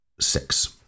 Six